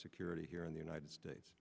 security here in the united states